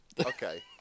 Okay